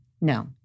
no